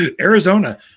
Arizona